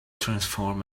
transform